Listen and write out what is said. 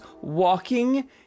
walking